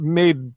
made